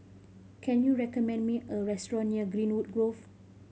can you recommend me a restaurant near Greenwood Grove